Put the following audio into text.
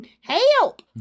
Help